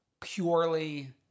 purely